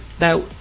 Now